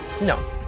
No